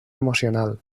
emocional